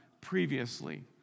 previously